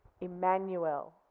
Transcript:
Emmanuel